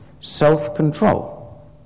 self-control